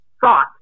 thought